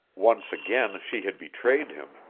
once again she had betrayed him,